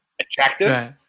attractive